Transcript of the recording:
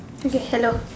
okay hello